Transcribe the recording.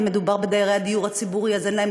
אם מדובר בדיירי הדיור הציבורי, אז גם אין להם